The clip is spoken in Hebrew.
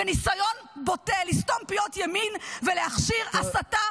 וניסיון בוטה לסתום פיות ימין ולהכשיר הסתה